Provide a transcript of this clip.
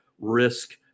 risk